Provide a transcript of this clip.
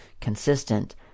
consistent